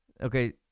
Okay